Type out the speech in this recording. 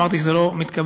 ואמרתי שזה לא מתקבל,